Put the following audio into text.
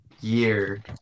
year